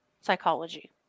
psychology